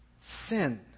sin